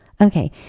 Okay